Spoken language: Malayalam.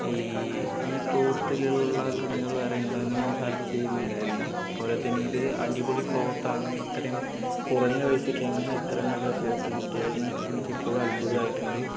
ഈ ഈ ക്ലോത്തിലുള്ള തുണികൾ വേറെ ഉണ്ടോ എന്ന് ഞാൻ സെർച്ച് ചെയ്യുന്നുണ്ടായിരുന്നു അതുപോലെത്തന്നെ ഇത് അടിപൊളി ക്ലോത്താണ് ഇത്രയും കുറഞ്ഞ പൈസക്ക് എങ്ങനെ ഇത്രയും നല്ല ക്ലോത്ത് കിട്ടിയതെന്ന് എനിക്ക് ഇപ്പോഴും അത്ഭുതമായിട്ടുണ്ട്